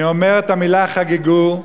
אני אומר את המילה "חגגו"